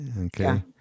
Okay